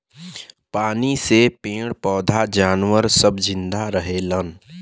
पानी से पेड़ पौधा जानवर सब जिन्दा रहेले